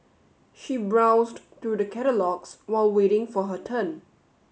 she browsed through the catalogues while waiting for her turn